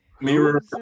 mirror